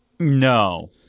No